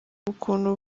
ukuntu